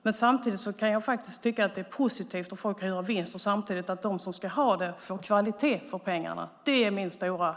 Men samtidigt kan jag tycka att det positivt att människor får en vinst och att de som ska ha servicen samtidigt får en kvalitet för pengarna. Det är min stora sak.